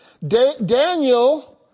Daniel